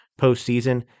postseason